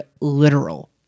literal